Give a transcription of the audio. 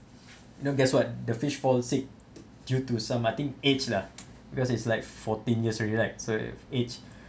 you know guess what the fish fall sick due to some I think age lah because it's like fourteen years already right so age